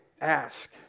ask